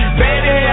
baby